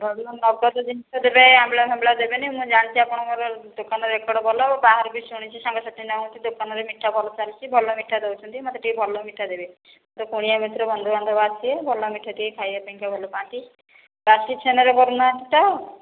ଭଲ ନଗଦ ଜିନିଷ ଦେବେ ଆମ୍ବିଳା ଫାମ୍ବିଳା ଦେବେନି ମୁଁ ଜାଣିଛି ଆପଣଙ୍କର ଦୋକାନ ରେକଡ଼ ଭଲ ଓ ବାହାରେ ବି ଶୁଣିଛି ସାଙ୍ଗସାଥି ଦୋକାନରେ ମିଠା ଭଲ ଚାଲିଛି ଭଲ ମିଠା ଦଉଛନ୍ତି ମୋତେ ଟିକେ ଭଲ ମିଠା ଦେବେ କୁଣିଆ ମୈତ୍ର ବନ୍ଧୁ ବାନ୍ଧବ ଆସିବେ ଭଲ ମିଠା ଟିକେ ଖାଇବା ପାଇଁକା ଭଲ ପାଆନ୍ତି ବାସି ଛେନାରେ କରୁନାହାନ୍ତି ତ